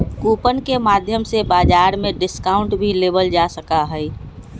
coupon के माध्यम से बाजार में डिस्काउंट भी लेबल जा सका हई